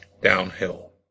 downhill